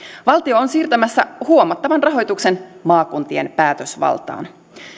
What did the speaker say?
valtio on siirtämässä huomattavan rahoituksen maakuntien päätösvaltaan